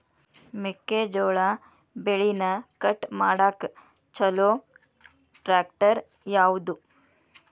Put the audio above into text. ಮೆಕ್ಕೆ ಜೋಳ ಬೆಳಿನ ಕಟ್ ಮಾಡಾಕ್ ಛಲೋ ಟ್ರ್ಯಾಕ್ಟರ್ ಯಾವ್ದು?